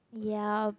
ya